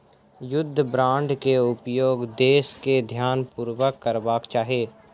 युद्ध बांड के उपयोग देस के ध्यानपूर्वक करबाक चाही